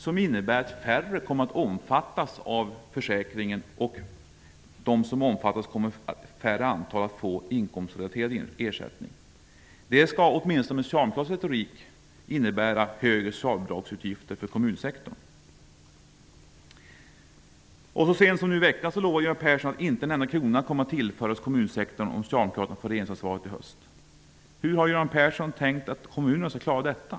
Det innebär att färre kommer att omfattas av försäkringen och av dem som omfattas kommer färre att få inkomstrelaterade ersättningar. Med socialdemokratisk retorik skall detta innebära högre utgifter för socialbidragen för kommunsektorn. Så sent som nu i veckan lovade Göran Persson att inte en enda krona kommer att tillföras kommunsektorn om Socialdemokraterna får regeringsansvaret i höst. Hur har Göran Persson tänkt att kommunerna skall klara detta?